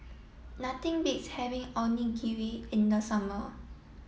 nothing beats having Onigiri in the summer